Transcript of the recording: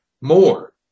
more